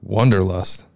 Wonderlust